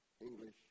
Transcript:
English